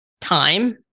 Time